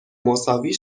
مساوی